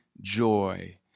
joy